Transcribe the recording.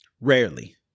Rarely